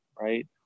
Right